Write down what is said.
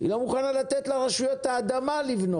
היא לא מוכנה לתת אדמה לרשויות לשם בנייה.